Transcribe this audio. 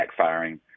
backfiring